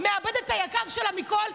מאבדת את היקר לה מכול,